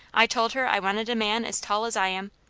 i told her i wanted a man as tall as i am,